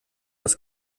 das